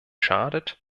schadet